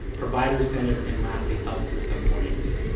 provider-centered, and, lastly, health system oriented.